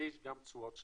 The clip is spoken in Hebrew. ויש גם תשואות שליליות.